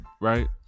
right